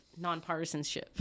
nonpartisanship